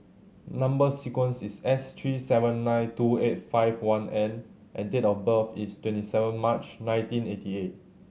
number sequence is S three seven nine two eight five one N and date of birth is twenty seven March nineteen eighty eight